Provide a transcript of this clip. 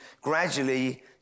gradually